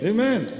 Amen